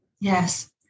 Yes